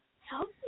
Help